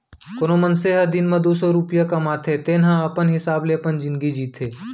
कोनो मनसे ह दिन म दू सव रूपिया कमाथे तेन ह अपन हिसाब ले अपन जिनगी जीथे